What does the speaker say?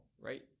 right